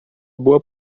boa